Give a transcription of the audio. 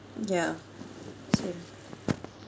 ya same